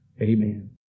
Amen